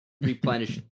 replenish